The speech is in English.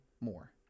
more